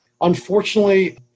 Unfortunately